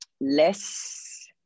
less